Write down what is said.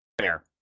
Fair